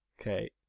Okay